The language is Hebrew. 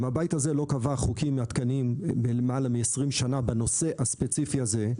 אם הבית הזה לא קבע חוקים עדכניים יותר מ-20 שנים בנושא הספציפי הזה,